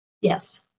Yes